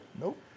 Nope